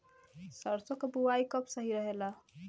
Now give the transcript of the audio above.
सरसों क बुवाई कब सही रहेला?